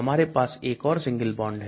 हमारे पास एक और सिंगल बॉन्ड है